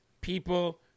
people